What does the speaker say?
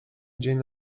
dzień